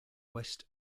west